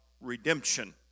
redemption